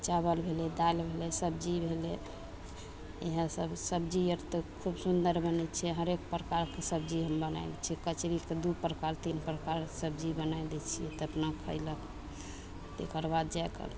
चावल भेलय दालि भेलय सब्जी भेलय इएह सब सब्जी अर तऽ खूब सुन्दर बनय छै हरेक प्रकारके सब्जी हम बनाय लै छियै कचड़ीके दू प्रकार तीन प्रकार सब्जी बनाय दै छियै तब अपना खयलक तकरबाद जा कऽ